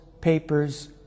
papers